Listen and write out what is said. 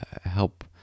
help